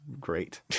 great